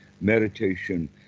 meditation